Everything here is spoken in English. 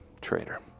Traitor